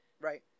Right